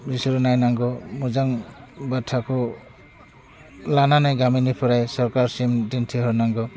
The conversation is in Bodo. बिसोरो नायनांगौ मोजां बाथ्राखौ लानानै गामिनिफ्राय सरकारसिम दिन्थि हरनांगौ